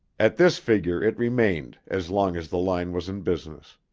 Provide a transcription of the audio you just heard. at this figure it remained as long as the line was in business.